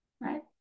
Right